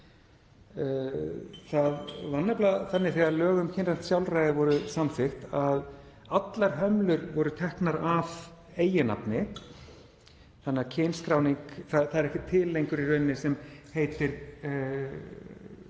Það var nefnilega þannig, þegar lög um kynrænt sjálfræði voru samþykkt, að allar hömlur voru teknar af eiginnafni þannig að það er ekkert til lengur í rauninni sem heitir